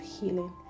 healing